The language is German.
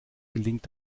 gelingt